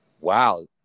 Wow